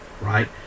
right